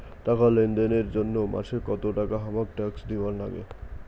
টাকা লেনদেন এর জইন্যে মাসে কত টাকা হামাক ট্যাক্স দিবার নাগে?